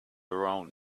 around